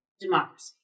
democracy